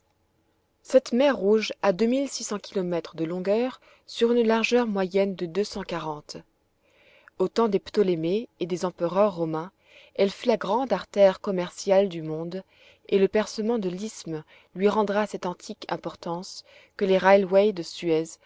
cette mer rouge a deux mille six cents kilomètres de longueur sur une largeur moyenne de deux cent quarante au temps des ptolémées et des empereurs romains elle fut la grande artère commerciale du monde et le percement de l'isthme lui rendra cette antique importance que les railways de suez